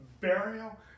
burial